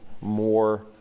more